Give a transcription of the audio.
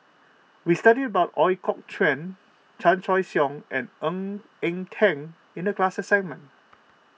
we studied about Ooi Kok Chuen Chan Choy Siong and Ng Eng Teng in the class assignment